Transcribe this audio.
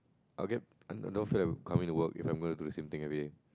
I will get I I dont feel like coming to work if I'm going to do same thing everyday